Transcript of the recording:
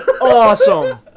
Awesome